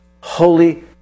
holy